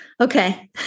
okay